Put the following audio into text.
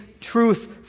truth